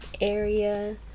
area